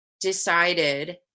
decided